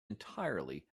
entirely